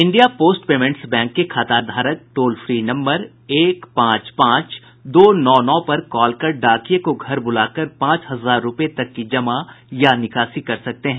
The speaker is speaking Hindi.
इंडिया पोस्ट पेमेंट्स बैंक के खताधारक टोल फ्री नम्बर एक पांच पांच दो नौ नौ पर कॉल कर डाकिये को घर बुलाकर पांच हजार रूपये तक की जमा या निकासी कर सकते हैं